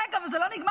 רגע, אבל זה לא נגמר.